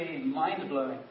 mind-blowing